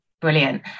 Brilliant